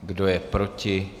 Kdo je proti?